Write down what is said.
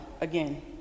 again